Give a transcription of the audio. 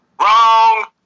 wrong